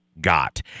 Got